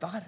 Varför